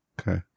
Okay